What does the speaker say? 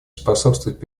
способствовать